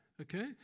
Okay